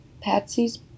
Patsy's